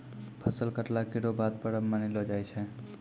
फसल कटला केरो बाद परब मनैलो जाय छै